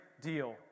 deal